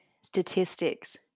statistics